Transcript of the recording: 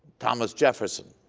thomas jefferson